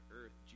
earth